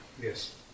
Yes